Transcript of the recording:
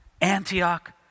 Antioch